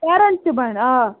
parent تہِ بَنہِ آ